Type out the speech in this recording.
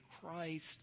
Christ